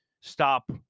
stop